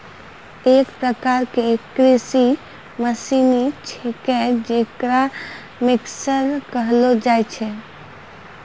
एक प्रकार क कृषि मसीने छिकै जेकरा मिक्सर कहलो जाय छै